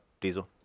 Diesel